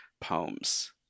poems